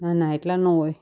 ના ના એટલા ન હોય